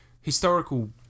historical